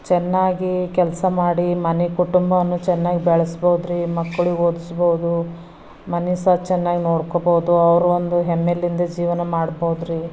ಚೆನ್ನಾಗಿ ಕೆಲಸ ಮಾಡಿ ಮನೆ ಕುಟುಂಬವನ್ನು ಚೆನ್ನಾಗಿ ಬೆಳೆಸ್ಬೋದ್ರಿ ಮಕ್ಕಳಿಗೆ ಓದಿಸ್ಬೋದು ಮನೆ ಸಹ ಚೆನ್ನಾಗಿ ನೋಡ್ಕೋಬೋದು ಅವರೊಂದು ಹೆಮ್ಮೇಲಿಂದ ಜೀವನ ಮಾಡ್ಬೋದ್ರಿ